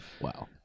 wow